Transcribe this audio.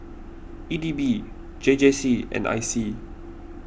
E D B J J C and I C